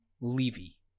Levy